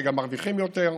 שגם מרוויחים יותר,